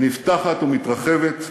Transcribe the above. היא נפתחת ומתרחבת.